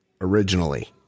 originally